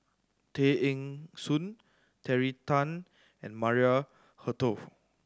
Tay Eng Soon Terry Tan and Maria Hertogh